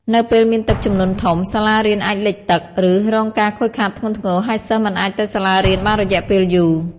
នៅពេលមានទឹកជំនន់ធំ សាលារៀនអាចលិចទឹក ឬរងការខូចខាតធ្ងន់ធ្ងរ ហើយសិស្សមិនអាចទៅសាលារៀនបានរយៈពេលយូរ។